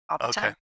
Okay